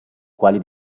quali